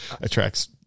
attracts